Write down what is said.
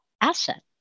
asset